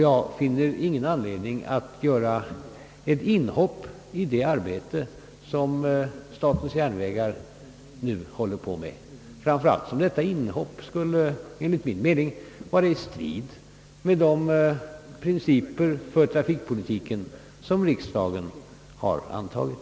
Jag finner ingen anledning att göra ett inhopp i det arbete som SJ nu bedriver, framför allt som detta inhopp enligt min mening skulle stå i strid med de principer för trafikpolitiken som riksdagen har antagit.